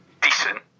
decent